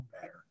better